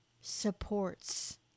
supports